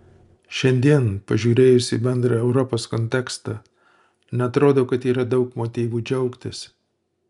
šiandien pažiūrėjus į bendrą europos kontekstą neatrodo kad yra daug motyvų džiaugtis